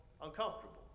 uncomfortable